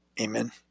Amen